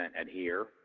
adhere